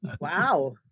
Wow